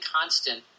constant